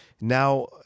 now